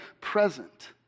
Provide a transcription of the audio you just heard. present